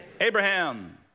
Abraham